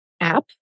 app